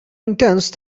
intense